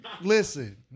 listen